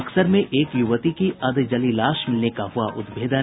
बक्सर में एक युवती की अधजली लाश मिलने का हुआ उद्भेदन